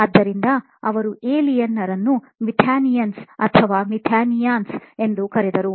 ಆದ್ದರಿಂದ ಅವರು ಏಲಿಯನ್ರನ್ನು ಮೆಥಾನಿಯನ್ಸ್ ಅಥವಾ ಮೆಥಾನಿಯನ್ಸ್ ಎಂದು ಕರೆದರು